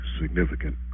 significant